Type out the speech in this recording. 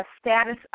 status